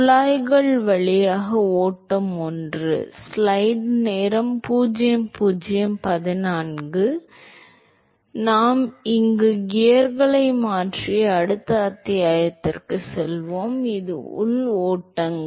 குழாய்கள் வழியாக ஓட்டம் l எனவே நாம் இன்று கியர்களை மாற்றி அடுத்த அத்தியாயத்திற்கு செல்வோம் இது உள் ஓட்டங்கள்